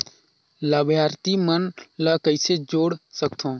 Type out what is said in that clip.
लाभार्थी मन ल कइसे जोड़ सकथव?